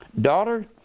Daughter